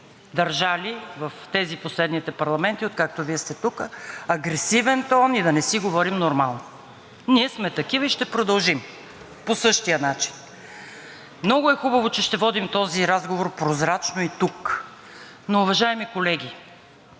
държали в тези, последните парламенти, откакто Вие сте тук, агресивен тон и да не си говорим нормално. Ние сме такива и ще продължим по същия начин. Много е хубаво, че ще водим този разговор прозрачно и тук. Но, уважаеми колеги,